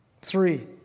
Three